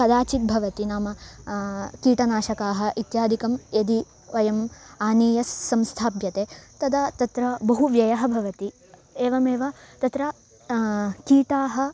कदाचित् भवति नाम कीटनाशकाः इत्यादिकं यदि वयम् आनीय संस्थाप्यते तदा तत्र बहु व्ययः भवति एवमेव तत्र कीटाः